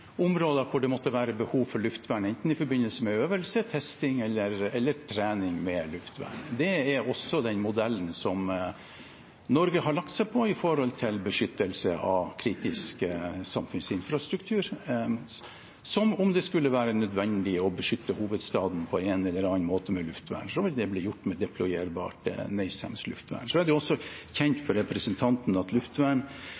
områder hvor det måtte være behov for luftvern, enten i forbindelse med øvelse, testing eller trening med luftvern. Det er også den modellen som Norge har lagt seg på for å beskytte kritisk samfunnsinfrastruktur. Om det skulle være nødvendig å beskytte hovedstaden på en eller annen måte med luftvern, vil det bli gjort med deployerbart NASAMS-luftvern. Så er det også